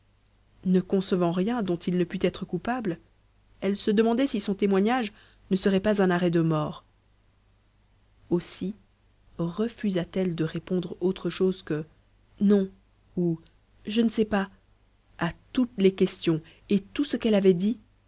ne concevant rien dont il ne pût être coupable elle se demandait si son témoignage ne serait pas un arrêt de mort aussi refusa t elle de répondre autre chose que non ou je ne sais pas à toutes les questions et tout ce qu'elle avait dit